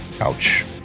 Ouch